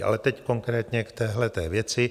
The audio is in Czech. Ale teď konkrétně k téhleté věci.